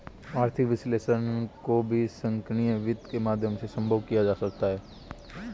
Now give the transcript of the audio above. आर्थिक विश्लेषण को भी संगणकीय वित्त के माध्यम से सम्भव किया जा सकता है